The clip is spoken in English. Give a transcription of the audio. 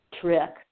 trick